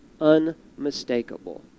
unmistakable